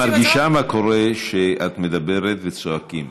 אבל את מרגישה מה קורה כשאת מדברת וצועקים.